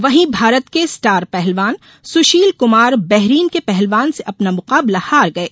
वहीं भारत के स्टार पहलवान सुशील कुमार बहरीन के पहलवान से अपना मुकाबला हार गये